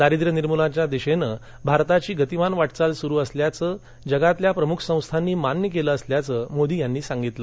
दारिद्र्य निर्मूलनाच्या दिशेनं भारताची गतीमान वाटचाल सुरू असल्याचं जगातल्या प्रमूख संस्थांनी मान्य केलं असल्याचं मोदी यांनी सांगितलं